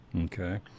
Okay